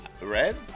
Red